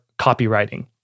copywriting